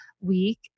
week